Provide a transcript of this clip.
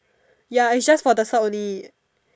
ya is just for the start only